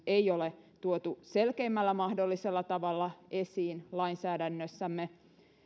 ei ole tuotu selkeimmällä mahdollisella tavalla esiin lainsäädännössämme